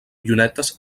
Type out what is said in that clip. llunetes